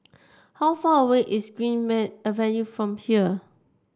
how far away is Greenmead Avenue from here